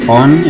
on